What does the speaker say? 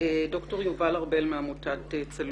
דוקטור יובל ארבל מעמותת צלול.